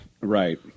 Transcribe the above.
Right